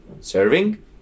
serving